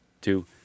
two